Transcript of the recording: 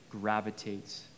gravitates